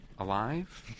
alive